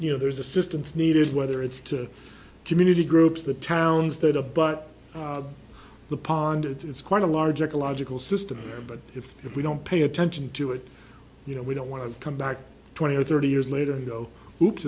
you know there's assistance needed whether it's to community groups the towns that abut the pond it's quite a large ecological system there but if we don't pay attention to it you know we don't want to come back twenty or thirty years later you know hoops